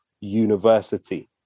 University